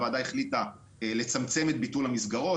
הוועדה החליטה לצמצם את ביטול המסגרות,